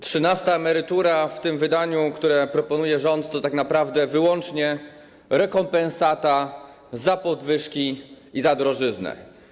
Trzynasta emerytura w tym wydaniu, które proponuje rząd, to tak naprawdę wyłącznie rekompensata za podwyżki i za drożyznę.